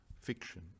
fiction